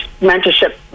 mentorship